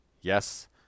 Yes